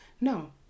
No